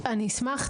אשמח.